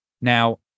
Now